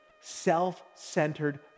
self-centered